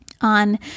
on